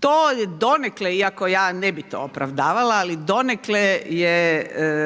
To je donekle, iako ja ne bih to opravdavala ali donekle je